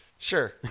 Sure